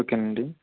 okay అండి